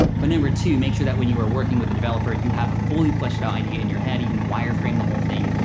but number two, make sure that when you are working with a developer, you have a fully fleshed out idea in your head, even wire frame the whole thing,